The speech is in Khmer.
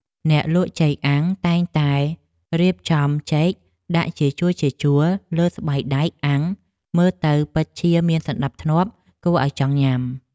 អ្នកលក់ចេកអាំងតែងតែរៀបចំចេកដាក់ជាជួរៗលើស្បៃដែកអាំងមើលទៅពិតជាមានសណ្តាប់ធ្នាប់គួរឱ្យចង់ញ៉ាំ។